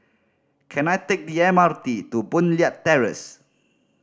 can I take the M R T to Boon Leat Terrace